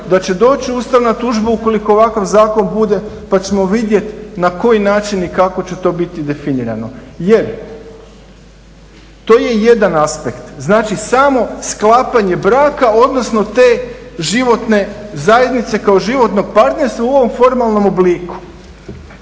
da će doći ustavna tužba ukoliko ovakav zakon bude pa ćemo vidjeti na koji način i kako će to biti definirano. To je jedan aspekt, znači samo sklapanje braka odnosno te životne zajednice kao životnog partnerstva u ovom formalnom obliku.